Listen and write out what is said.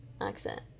accent